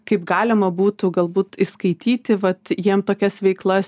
kaip galima būtų galbūt įskaityti vat jiem tokias veiklas